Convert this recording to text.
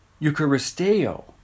Eucharisteo